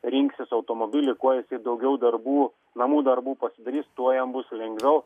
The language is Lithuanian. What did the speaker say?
rinksis automobilį kuo daugiau darbų namų darbų pasidarys tuo jam bus lengviau